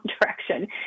direction